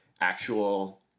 actual